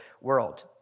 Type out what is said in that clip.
world